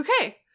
okay